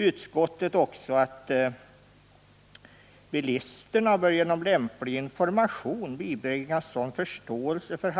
Utskottet säger också att bilisterna genom lämplig information bör ”bibringas sådan förståelse för